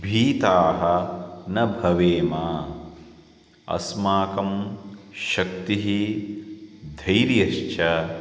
भीताः न भवेम अस्माकं शक्तिः धैर्यश्च